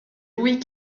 louis